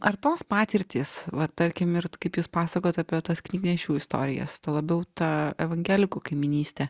ar tos patirtys va tarkim mirti kaip jūs pasakot apie tas knygnešių istorijas tuo labiau ta evangelikų kaimynystė